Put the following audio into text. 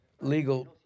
Legal